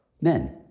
men